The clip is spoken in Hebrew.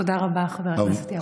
תודה רבה, חבר הכנסת יעקב אשר.